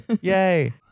yay